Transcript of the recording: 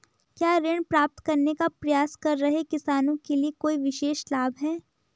क्या ऋण प्राप्त करने का प्रयास कर रहे किसानों के लिए कोई विशेष लाभ हैं?